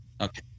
okay